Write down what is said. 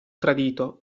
tradito